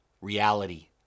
reality